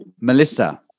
Melissa